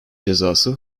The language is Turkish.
cezası